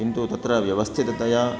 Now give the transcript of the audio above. किन्तु तत्र व्यवस्थिततया